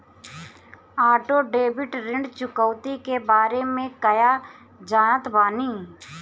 Auto debit ऋण चुकौती के बारे में कया जानत बानी?